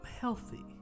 healthy